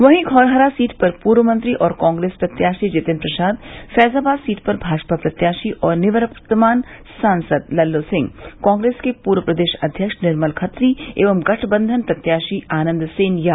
वहीं धौरहरा सीट पर पूर्व मंत्री और कांग्रेस प्रत्याशी जितिन प्रसाद फैजाबाद सीट पर भाजपा प्रत्याशी और निवर्तमान सांसद लल्लू सिंह कांग्रेस के पूर्व प्रदेश अध्यक्ष निर्मल खत्री एवं गठबंधन प्रत्याशी आनन्द सेन यादव चुनाव मैदान में हैं